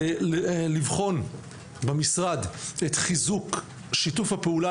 לבחון במשרד את חיזוק שיתוף הפעולה